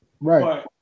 right